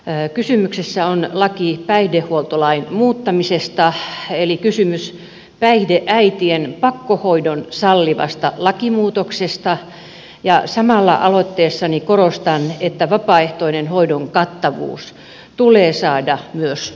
kysymyksessä on laki päihdehuoltolain muuttamisesta eli päihdeäitien pakkohoidon sallivasta lakimuutoksesta ja samalla aloitteessani korostan että vapaaehtoisen hoidon kattavuus tulee saada myös kuntoon